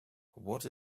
what